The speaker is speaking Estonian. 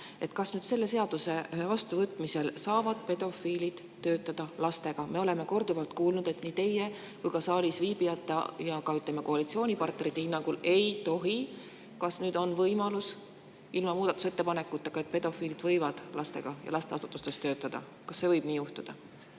kas selle seaduse vastuvõtmisel saavad pedofiilid töötada lastega. Me oleme korduvalt kuulnud, et nii teie, teiste saalis viibijate kui ka koalitsioonipartnerite hinnangul ei tohi. Kas siis on võimalus, et ilma muudatusettepaneku tegemiseta võivad pedofiilid lastega ja lasteasutustes töötada? Kas see võib nii juhtuda?